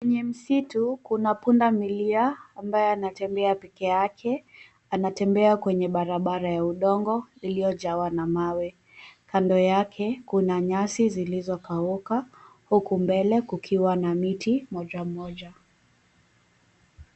Kwenye msitu kuna punda milia ambaye anatembea peke yake anatembea kwenye barabara ya udongo iliyojawa na mawe. Kando yake kuna nyasi zilizokauka huku mbele kukiwa na miti moja moja.